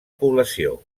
població